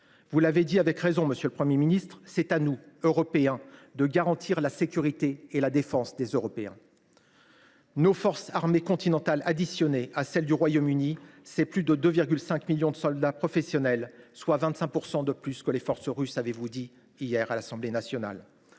vous l’avez dit avec raison, monsieur le Premier ministre, c’est à nous, Européens, de garantir la sécurité et la défense des Européens. Nos forces armées continentales, additionnées à celles du Royaume Uni, comptent plus de 2,5 millions de soldats professionnels, soit 25 % de plus que les forces russes, avez vous indiqué hier à l’Assemblée nationale.